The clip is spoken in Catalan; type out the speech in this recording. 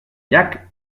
llac